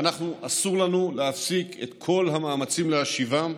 ואנחנו, אסור לנו להפסיק את כל המאמצים להשיבם,